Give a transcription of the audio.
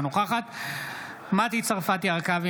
אינה נוכחת מטי צרפתי הרכבי,